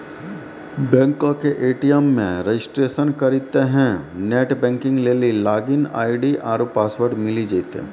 बैंको के ए.टी.एम मे रजिस्ट्रेशन करितेंह नेट बैंकिग लेली लागिन आई.डी आरु पासवर्ड मिली जैतै